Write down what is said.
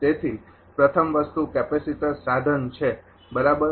તેથી પ્રથમ વસ્તુ કેપેસિટર સાધન છે બરાબર